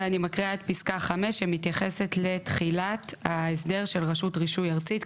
ואני מקריאה את פסקה 5 שמתייחסת לתחילת ההסדר של רשות רישוי ארצית.